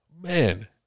Man